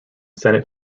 senate